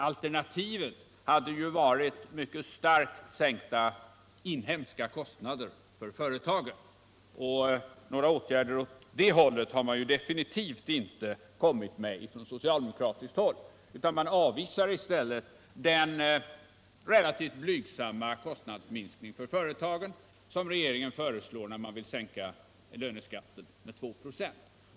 Alternativet hade varit mycket starkt sänkta inhemska kostnader för företagen, och några åtgärder åt det hållet har man definitivt inte kommit med från socialdemokratiskt håll. Man avvisar i stället den relativt blygsamma kostnadsminskningen för företagen som regeringen föreslår när man viil sänka löneskatten med 2 26.